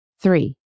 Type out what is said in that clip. three